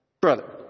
brother